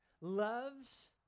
loves